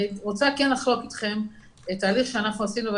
אני רוצה כן לחלוק איתכם תהליך שאנחנו עשינו.